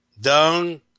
down